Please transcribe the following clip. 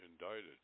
indicted